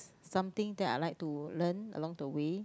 something that I like to learn along the way